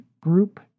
group